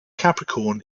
capricorn